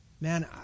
Man